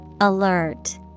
Alert